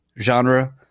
genre